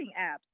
apps